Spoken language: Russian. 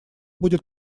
будет